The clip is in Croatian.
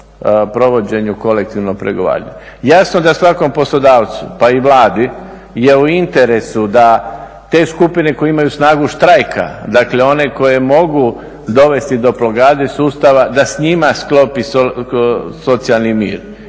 provođenju kolektivnog pregovaranja. Jasno da svakom poslodavcu pa i Vladi je u interesu da te skupine koje imaju snagu štrajka, dakle one koje mogu dovesti do … sustava da s njima sklopi socijalni mir.